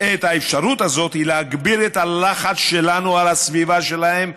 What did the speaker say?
את האפשרות הזאת הוא להגביר את הלחץ שלנו על הסביבה שלהם,